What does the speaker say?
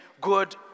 good